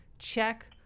check